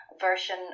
version